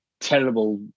terrible